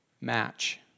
match